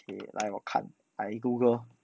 okay 来我看 I Google